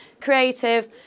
creative